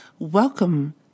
Welcome